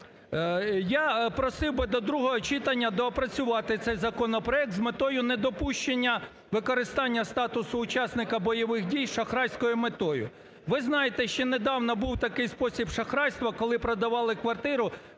я просив би до другого читання доопрацювати цей законопроект з метою недопущення використання статусу учасника бойових дій шахрайською метою. Ви знаєте, що недавно був такий спосіб шахрайства, коли продавали квартиру,